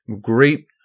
Great